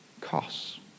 costs